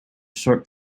short